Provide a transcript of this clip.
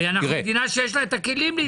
הרי אנחנו מדינה שיש לה הכלים להתקדם.